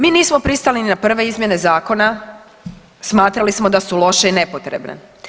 Mi nismo pristali ni na prve izmjene Zakona, smatrali smo da su loše i nepotrebne.